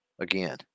again